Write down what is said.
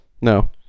No